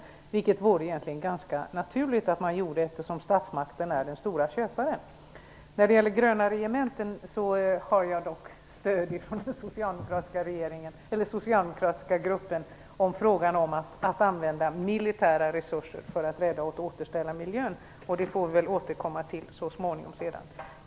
Egentligen vore det ju ganska naturligt att man gjorde det, eftersom statsmakterna är den stora köparen. Så till detta med gröna regementen. Här har jag dock stöd av den socialdemokratiska gruppen när det gäller att använda militära resurser för att rädda och återställa miljön. Det får vi väl återkomma till så småningom.